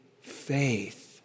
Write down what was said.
faith